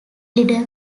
glider